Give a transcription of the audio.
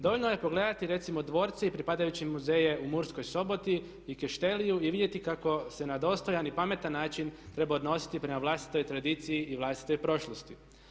Dovoljno je pogledati recimo dvorce i pripadajuće muzeje u Murskoj Soboti i … [[Ne razumije se.]] i vidjeti kako se na dostojan i pametan način treba odnositi prema vlastitoj tradiciji i vlastitoj prošlosti.